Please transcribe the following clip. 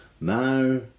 Now